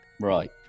right